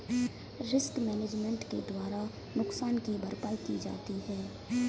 risk management के द्वारा नुकसान की भरपाई की जाती है